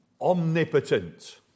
omnipotent